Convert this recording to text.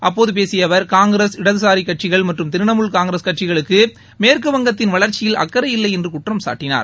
அப்போது பேசிய அவர் காங்கிரஸ் இடதுசாரி கட்சிகள் மற்றும் திரணாமுல் காங்கிரஸ் கட்சிகளுக்கு மேற்கு வங்கத்தின் வளர்ச்சியில் அக்கறை இல்லை என்று குற்றம்சாட்டினார்